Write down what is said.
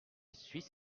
suisse